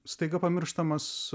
staiga pamirštamas